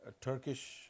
Turkish